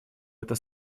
это